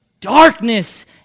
Darkness